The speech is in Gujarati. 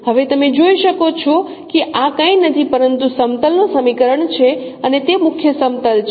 હવે તમે જોઈ શકો છો કે આ કંઈ નથી પરંતુ સમતલ નું સમીકરણ છે અને તે મુખ્ય સમતલ છે